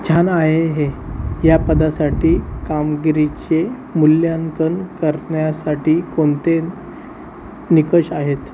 छान आहे हे या पदासाठी कामगिरीचे मूल्यांकन करण्यासाठी कोणते निकष आहेत